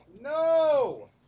no